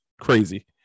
Crazy